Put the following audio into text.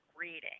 reading